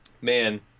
man